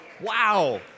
Wow